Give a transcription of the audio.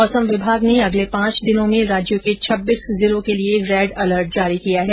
मौसम विभाग ने अगले पांच दिनों में राज्यो के छब्बीस जिलों के लिए रेडअलर्ट जारी किया है